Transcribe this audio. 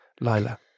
Lila